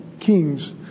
kings